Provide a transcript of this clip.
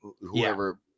whoever